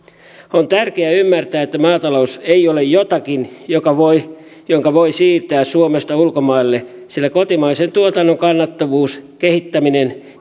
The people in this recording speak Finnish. on tärkeää ymmärtää että maatalous ei ole jotakin jonka voi siirtää suomesta ulkomaille sillä kotimaisen tuotannon kannattavuus kehittäminen